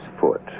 foot